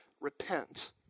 repent